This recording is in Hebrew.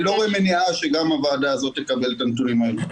אני לא רואה מניעה שגם הוועדה הזאת תקבל את הנתונים האלה.